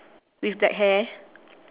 with black hair